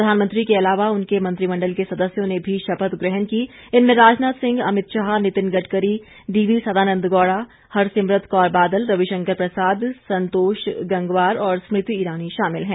प्रधानमंत्री के अलावा उनके मंत्रिमंडल के सदस्यों ने भी शपथ ग्रहण की इनमें राजनाथ सिंह अमित शाह नितिन गडकरी डी वी सदानन्द गौड़ा हरसिमरत कौर बादल रविशंकर प्रसाद संतोष गंगवार और स्मृति ईरानी शामिल हैं